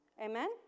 Amen